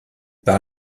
part